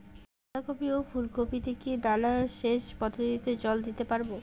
বাধা কপি ও ফুল কপি তে কি নালা সেচ পদ্ধতিতে জল দিতে পারবো?